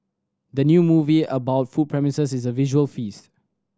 the new movie about food promises is a visual feast